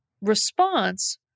response